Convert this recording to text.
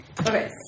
Okay